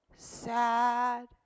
Sad